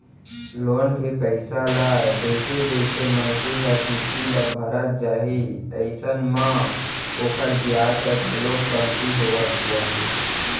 loan के पइसा ल जइसे जइसे मनसे ह किस्ती ल भरत जाही अइसन म ओखर बियाज ह घलोक कमती होवत जाही